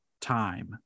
time